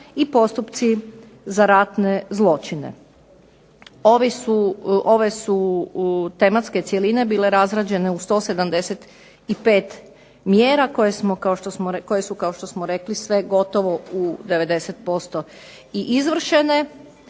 i postupci za ratne zločine. Ove su tematske cjeline bile razrađene u 175 mjera, koje su kao što smo rekli sve gotovo u 90% i izvršene,